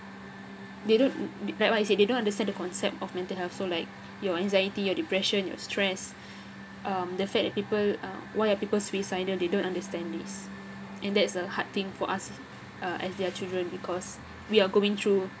they don't like what I said they don't understand the concept of mental health so like your anxiety your depression your stress um the fed at people um why are people suicidal they don't understand this and that's a hard thing for us uh as their children because we are going through